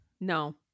No